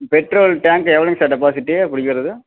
petrol டேங்க்கு எவ்வளோங்க sir capacity பிடிக்கறது